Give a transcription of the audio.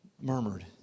murmured